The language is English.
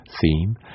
theme